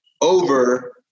over